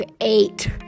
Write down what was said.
eight